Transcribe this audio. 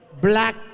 black